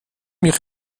mich